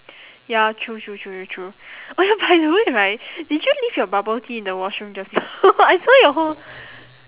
ya true true true true true oh ya by the way right did you leave your bubble tea in the washroom just now I saw your whole